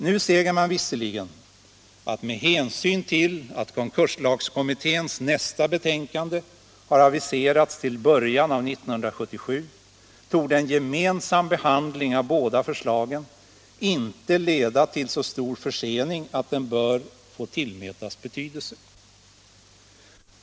Nu säger man visserligen att med hänsyn till att konkurslagskommitténs nästa betänkande har aviserats till början av 1977 torde en gemensam behandling av båda förslagen inte leda till så stor försening att den bör få tillmätas betydelse.